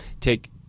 Take